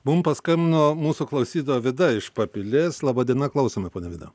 mum paskambino mūsų klausytoja vida iš papilės laba diena klausome ponia vida